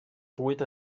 bwyd